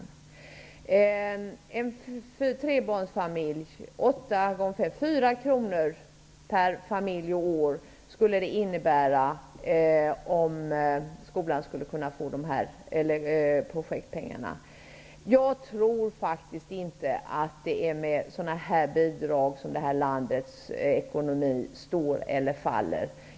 För en trebarnsfamilj skulle det innebära 80 öre gånger fem, dvs. 4 kronor om året, om skolan fick de här projektpengarna. Jag tror faktiskt inte att det är med sådana bidrag som landets ekonomi står eller faller.